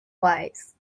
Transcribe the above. wise